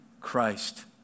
Christ